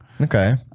Okay